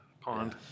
Pond